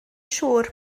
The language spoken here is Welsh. siŵr